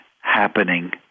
happening